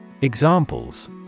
Examples